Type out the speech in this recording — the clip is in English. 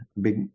big